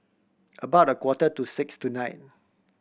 about a quarter to six tonight